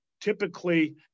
typically